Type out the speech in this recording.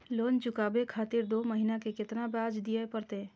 Loan चुकाबे खातिर दो महीना के केतना ब्याज दिये परतें?